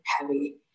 heavy